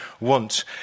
want